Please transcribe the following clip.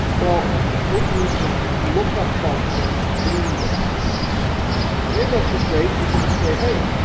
well, we can use the lookup function index an index is great. you can just say, hey!